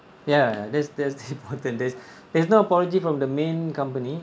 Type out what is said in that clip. ya that's that's important there's there's no apology from the main company